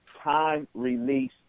time-release